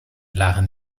lagen